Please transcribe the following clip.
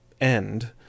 end